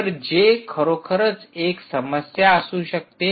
तर जे खरोखरच एक समस्या असू शकते